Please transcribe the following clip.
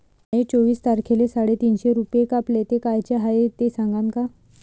माये चोवीस तारखेले साडेतीनशे रूपे कापले, ते कायचे हाय ते सांगान का?